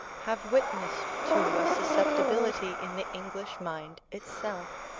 have witnessed to a susceptibility in the english mind itself,